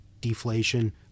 deflation